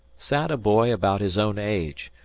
sat a boy about his own age,